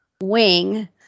wing